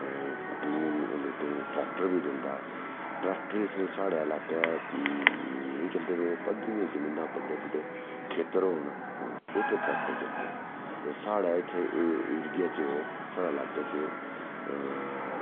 केइयें लोकें गी ट्रैक्टर बी दिंदा ट्रैक्टर च साढ़े लाका नेईं चलदे पद्धरियें जमीनां बड्डे बड्डे खेत्तर होन उद्धर ट्रैक्टर चलदे साढ़े इत्थें एह् ऐरिये च साढ़ै लाकै च